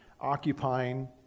occupying